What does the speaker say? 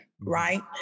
right